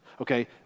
Okay